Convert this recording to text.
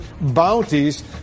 bounties